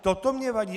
Toto mně vadí.